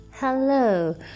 hello